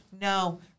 No